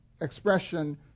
expression